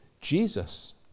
Jesus